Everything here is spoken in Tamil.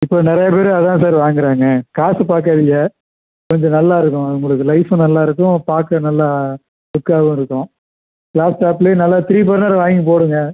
இப்போ நிறையா பேர் அதுதான் சார் வாங்கறாங்க காசு பார்க்காதீங்க கொஞ்சம் நல்லாயிருக்கும் உங்களுக்கு லைஃப்பும் நல்லாயிருக்கும் பார்க்க நல்லா லுக்காவும் இருக்கும் க்ளாஸ்டாப்பில் நல்லா த்ரீ பர்னர் வாங்கி போடுங்கள்